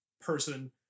person